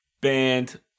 Band